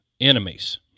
enemies